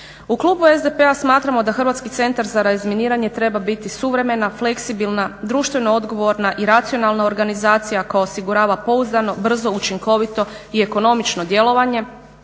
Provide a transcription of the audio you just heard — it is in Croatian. U klubu SDP-a smatramo da Hrvatski centar za razminiranje treba biti suvremena, fleksibilna, društveno odgovorna i racionalna organizacija koja osigurava pouzdano, brzo, učinkovito i ekonomično djelovanje